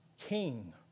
king